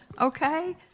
okay